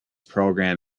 program